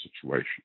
situation